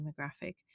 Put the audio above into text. demographic